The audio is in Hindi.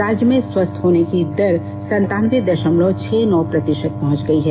राज्य में स्वस्थ होने की दर संतानवें द ामलव छह नौ प्रति ात पहुंच गई है